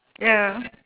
ya